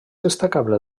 destacable